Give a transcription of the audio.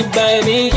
baby